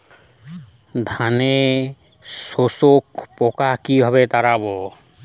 ধানে শোষক পোকা কিভাবে তাড়াব?